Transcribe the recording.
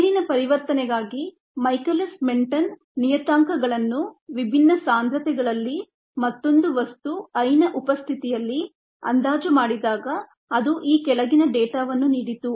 ಮೇಲಿನ ಪರಿವರ್ತನೆಗಾಗಿ Michaelis Menten ನಿಯತಾಂಕಗಳನ್ನು ವಿಭಿನ್ನ ಸಾಂದ್ರತೆಗಳಲ್ಲಿ ಮತ್ತೊಂದು ವಸ್ತು I ನ ಉಪಸ್ಥಿತಿಯಲ್ಲಿ ಅಂದಾಜು ಮಾಡಿದಾಗ ಅದು ಈ ಕೆಳಗಿನ ಡೇಟಾವನ್ನು ನೀಡಿತು